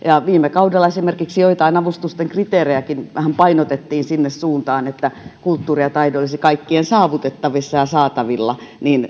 viime kaudella esimerkiksi joitain avustusten kriteerejäkin vähän painotettiin sinne suuntaan että kulttuuri ja taide olisivat kaikkien saavutettavissa ja saatavilla